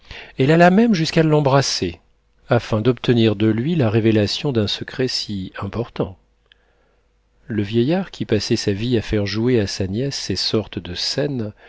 elle alla même jusqu'à l'embrasser afin d'obtenir de lui la révélation d'un secret si important le vieillard qui passait sa vie à faire jouer à sa nièce ces sortes de scènes